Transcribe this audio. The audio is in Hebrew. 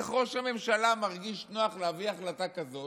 איך ראש הממשלה מרגיש נוח להביא החלטה כזו